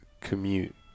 commute